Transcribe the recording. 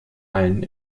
allem